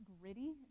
gritty